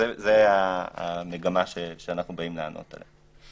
זו המגמה שאנו באים לענות עליה.